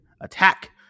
Attack